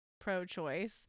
pro-choice